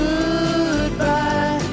Goodbye